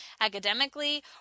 academically